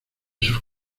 sus